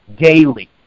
daily